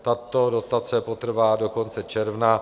Tato dotace potrvá do konce června.